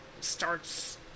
starts